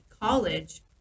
college